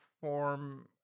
form